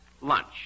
Lunch